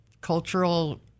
cultural